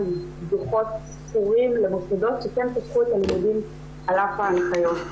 דוחות ספורים למוסדות שכן פתחו את הלימודים על אף ההנחיות.